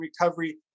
recovery